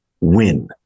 win